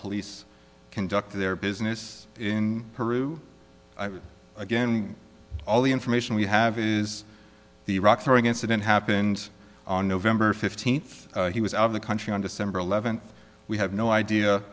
police conduct their business in peru again all the information we have is the rock throwing incident happened on november fifteenth he was out of the country on december eleventh we have no idea